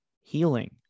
healing